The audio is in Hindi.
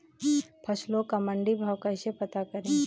फसलों का मंडी भाव कैसे पता करें?